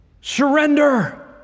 surrender